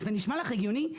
זה נשמע לך הגיוני?